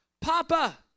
Papa